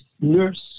nurse